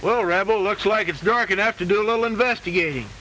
well rebel looks like it's dark and i have to do a little investigating